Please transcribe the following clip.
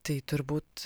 tai turbūt